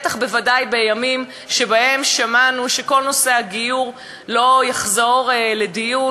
בוודאי בימים שבהם שמענו שכל נושא הגיור לא יחזור לדיון,